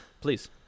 Please